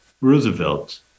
Roosevelt